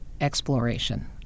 exploration